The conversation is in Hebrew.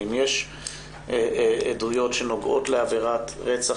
אם יש עדויות שנוגעות לעבירת רצח,